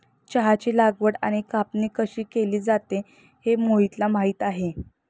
चहाची लागवड आणि कापणी कशी केली जाते हे मोहितला माहित आहे